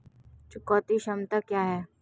चुकौती क्षमता क्या है?